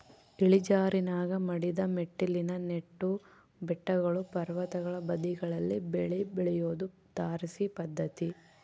ಇಳಿಜಾರಿನಾಗ ಮಡಿದ ಮೆಟ್ಟಿಲಿನ ನೆಟ್ಟು ಬೆಟ್ಟಗಳು ಪರ್ವತಗಳ ಬದಿಗಳಲ್ಲಿ ಬೆಳೆ ಬೆಳಿಯೋದು ತಾರಸಿ ಪದ್ಧತಿ